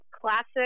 classic